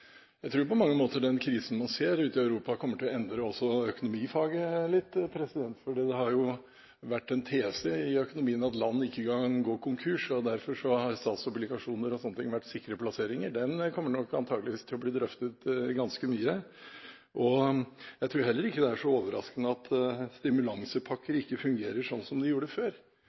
kommer til å endre økonomifaget litt, for det har jo vært en tese i økonomien at land ikke kan gå konkurs. Derfor har statsobligasjoner og slike ting vært sikre plasseringer. Dette kommer antakeligvis til å bli drøftet ganske mye. Jeg tror heller ikke det er så overraskende at stimulansepakker ikke fungerer sånn som de gjorde før,